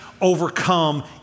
overcome